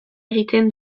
egiten